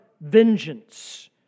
vengeance